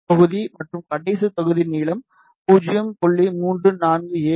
முதல் தொகுதி மற்றும் கடைசி தொகுதி நீளம் 0